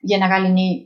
jie negali nei